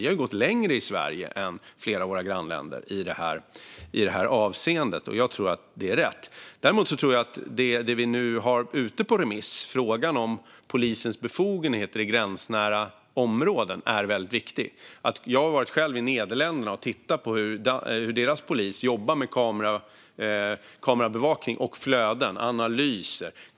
Vi har i Sverige gått längre än vad flera av våra grannländer har gjort i det här avseendet, och jag tror att det är rätt. Däremot tror jag att det vi nu har ute på remiss, alltså frågan om polisens befogenheter i gränsnära områden, är väldigt viktigt. Jag har själv varit i Nederländerna och tittat på hur deras polis jobbar med kamerabevakning, flöden och analyser.